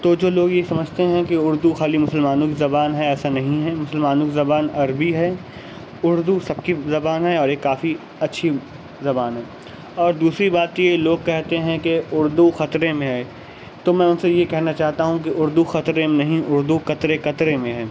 تو جو لوگ یہ سمجھتے ہیں کہ اردو خالی مسلمانوں کی زبان ہے ایسا نہیں ہے مسلمانوں کی زبان عربی ہے اردو سب کی زبان ہے اور یہ کافی اچھی زبان ہے اور دوسری بات یہ کہ لوگ کہتے ہیں کہ اردو خطرے میں ہے تو میں ان سے یہ کہنا چاہتا ہوں کہ اردو خطرے میں نہیں اردو قطرے قطرے میں ہے